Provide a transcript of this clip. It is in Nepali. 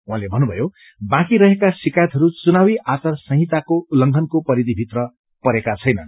उहाँले भन्नुभयो बाँकी रहेका शिकायतहरू चुनावी आचार संहिताको उल्लड़घनको परिधिभित्र परेका छैनन्